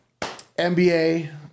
NBA